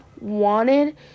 wanted